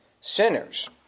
sinners